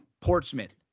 Portsmouth